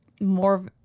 more